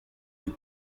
des